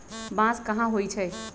बांस कहाँ होई छई